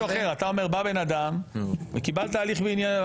אבל למה פתח חריג בעיניך זה פתח רחב מאוד?